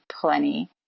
plenty